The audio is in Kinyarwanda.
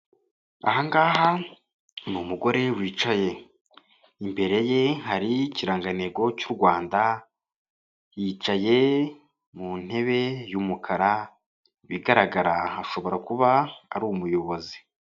Aha ngaha ni umugore wicaye. Imbere ye hari ikirangantego cy'u Rwanda, yicaye mu ntebe y'umukara, ibigaragara ashobora kuba ari umuyobozi.